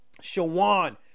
Shawan